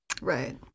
Right